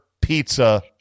pizza